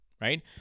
right